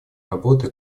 работы